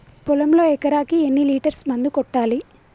పొలంలో ఎకరాకి ఎన్ని లీటర్స్ మందు కొట్టాలి?